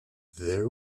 there